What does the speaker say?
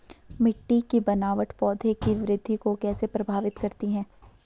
मिट्टी की बनावट पौधों की वृद्धि को कैसे प्रभावित करती है?